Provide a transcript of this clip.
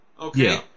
Okay